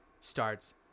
starts